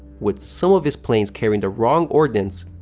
with some of his planes carrying the wrong ordnance,